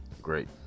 great